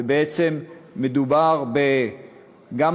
ובעצם מדובר, גם